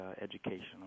educational